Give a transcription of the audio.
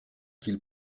qu’il